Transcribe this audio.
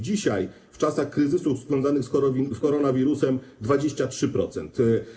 Dzisiaj, w czasach kryzysów związanych z koronawirusem - 23%.